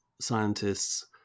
scientists